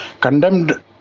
condemned